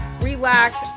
relax